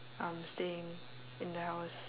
um staying in the house